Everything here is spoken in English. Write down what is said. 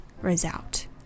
result